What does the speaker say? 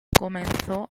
comenzó